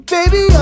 Baby